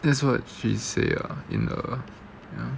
this what she say ah in ah ya